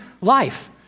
life